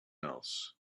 else